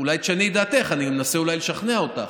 אולי תשני את דעתך, אני מנסה לשכנע אותך.